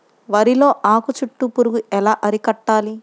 వరిలో ఆకు చుట్టూ పురుగు ఎలా అరికట్టాలి?